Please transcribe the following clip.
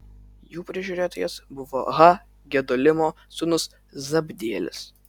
jų prižiūrėtojas buvo ha gedolimo sūnus zabdielis